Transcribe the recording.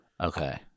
Okay